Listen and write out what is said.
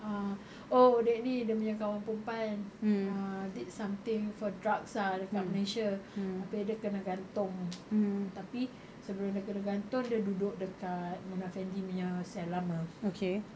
err oh lately dia punya kawan perempuan err did something for drugs ah dekat malaysia abeh dia kena gantung tapi sebelum dia kena gantung dia duduk dekat mona fandey punya cell lama